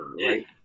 right